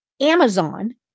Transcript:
Amazon